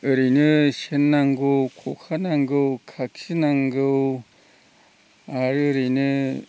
ओरैनो सेन नांगौ खखा नांगौ खाखि नांगौ आरो ओरैनो